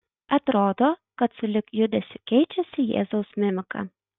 atrodo kad sulig judesiu keičiasi jėzaus mimika